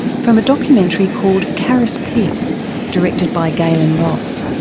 from a documentary called caris' peace directed by gaylen ross.